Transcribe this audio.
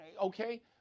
Okay